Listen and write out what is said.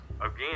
again